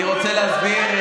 אני רוצה להסביר,